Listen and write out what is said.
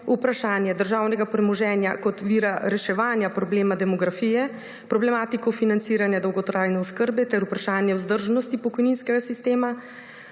vprašanje državnega premoženja kot vira reševanja problema demografije; problematiko financiranja dolgotrajne oskrbe ter vprašanje vzdržnosti pokojninskega sistema;